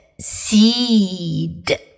seed